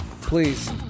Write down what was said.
Please